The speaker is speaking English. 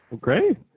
Great